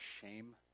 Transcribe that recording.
shame